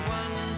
one